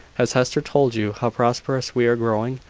has hester told you how prosperous we are growing?